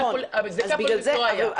אבל זיקה פוליטית לא היה,